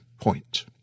Point